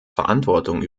verantwortung